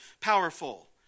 powerful